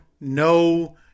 No